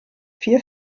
vier